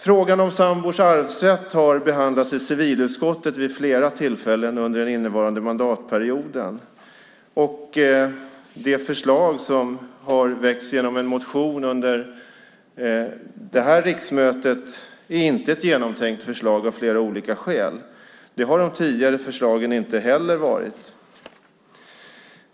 Frågan om sambors arvsrätt har behandlats i civilutskottet vid flera tillfällen under den innevarande mandatperioden. Det förslag som har väckts genom en motion under det här riksmötet är inte ett genomtänkt förslag av flera olika skäl. Det har de tidigare förslagen inte heller varit.